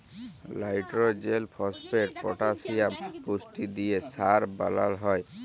লাইট্রজেল, phosphate, potassium পুষ্টি দিঁয়ে সার বালাল হ্যয়